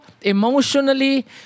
emotionally